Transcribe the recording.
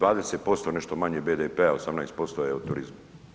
20% nešto manje BDP-a, 18% je od turizma.